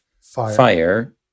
fire